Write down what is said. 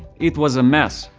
it was a mess.